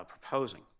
proposing